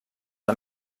una